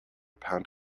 pound